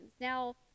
now